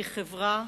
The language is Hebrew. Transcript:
כחברה,